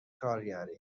کارگری